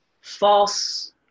false